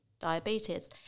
diabetes